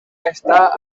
està